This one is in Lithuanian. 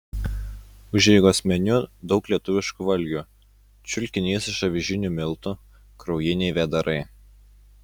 užeigos meniu daug lietuviškų valgių čiulkinys iš avižinių miltų kraujiniai vėdarai